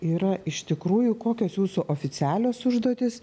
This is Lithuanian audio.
yra iš tikrųjų kokios jūsų oficialios užduotys